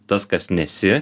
tas kas nesi